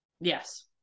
Yes